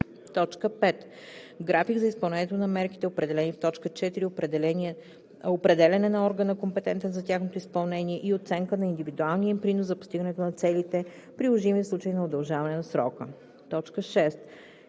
1; 5. график за изпълнението на мерките, определени в т. 4, определяне на органа, компетентен за тяхното изпълнение, и оценка на индивидуалния им принос за постигането на целите, приложими в случай на удължаване на срока; 6.